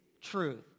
truth